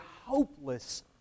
hopeless